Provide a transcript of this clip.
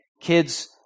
kids